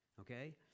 okay